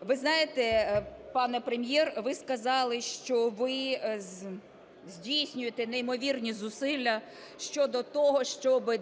Ви знаєте, пане Прем'єр, ви сказали, що ви здійснюєте неймовірні зусилля щодо того, щоби